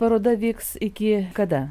paroda vyks iki kada